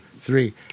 three